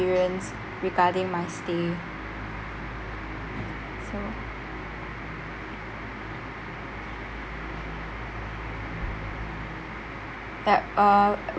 experience regarding my stay so yup uh